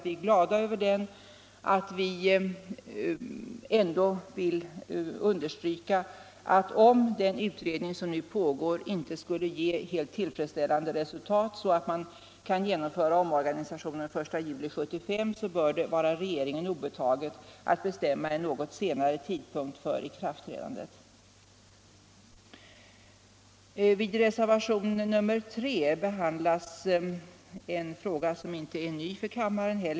Vi är glada över den, men vi vill ändå understryka att om den utredning som nu pågår inte skulle ge helt tillfredsställande resultat så att man kan genomföra organisationen 1 juli 1975, bör det vara regeringen obetaget att bestämma en något senare tidpunkt för ikraftträdandet. I reservationen 3 behandlas en fråga som inte heller är ny för kammaren.